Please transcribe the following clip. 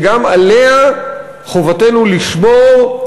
שגם עליה חובתנו לשמור.